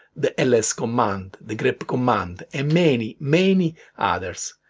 the ls command, the grep command and many, many others